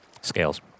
Scales